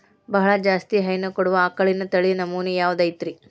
ಬಹಳ ಜಾಸ್ತಿ ಹೈನು ಕೊಡುವ ಆಕಳಿನ ತಳಿ ನಮೂನೆ ಯಾವ್ದ ಐತ್ರಿ?